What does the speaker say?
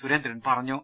സുരേന്ദ്രൻ പറഞ്ഞു